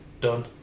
Done